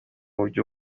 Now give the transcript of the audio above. buryo